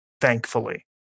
thankfully